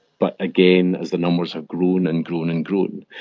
but again, as the numbers have grown and grown and grown,